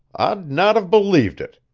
i'd not have believed it.